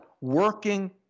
working